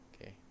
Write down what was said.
Okay